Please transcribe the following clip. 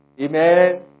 Amen